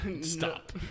Stop